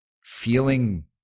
Feeling